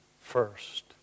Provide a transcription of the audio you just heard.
first